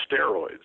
steroids